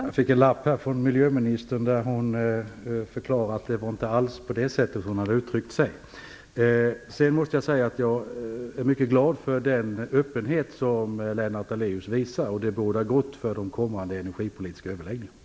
Fru talman! Jag fick en lapp från miljöministern där hon förklarar att det inte alls var så hon hade uttryckt sig. Sedan måste jag säga att jag är mycket glad för den öppenhet som Lennart Daléus visar. Det bådar gott för de kommande energipolitiska överläggningarna.